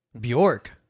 Bjork